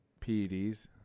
Peds